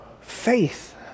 faith